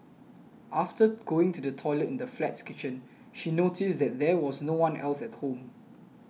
after going to the toilet in the flat's kitchen she noticed that there was no one else at home